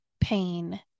pain